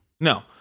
No